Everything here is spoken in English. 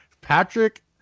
Patrick